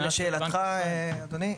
לשאלתך אדוני,